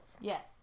Yes